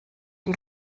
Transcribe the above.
die